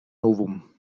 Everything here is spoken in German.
novum